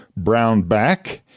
Brownback